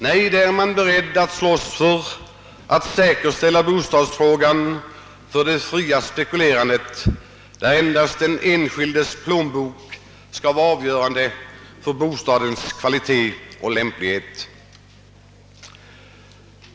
Nej, där är man beredd att slåss för att säkerställa bostadsmarknaden för det fria spekulerandet, där endast den enskildes plånbok skall vara avgörande för bostadens kvalitet och lämplighet.